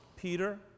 Peter